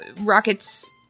rockets